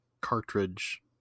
cartridge